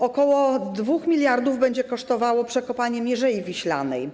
Około 2 mld będzie kosztowało przekopanie Mierzei Wiślanej.